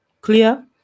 clear